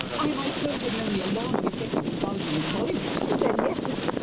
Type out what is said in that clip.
i myself have known the alarming effect of indulging in dolly mixtures! then yesterday,